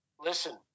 listen